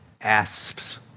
asps